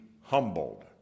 humbled